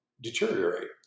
deteriorate